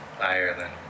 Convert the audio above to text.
Ireland